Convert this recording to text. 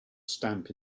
stamp